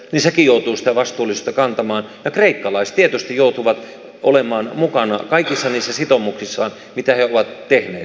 lisäksi jutusta vastuullisten kantamatta kreikkalais tietysti joutuvat olemaan mukana kaikissa niissä sitoumuksissaan mitä he ovat tehneet